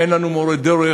אין לנו מורה דרך.